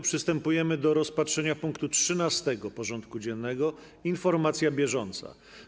Przystępujemy do rozpatrzenia punktu 13. porządku dziennego: Informacja bieżąca.